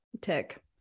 tick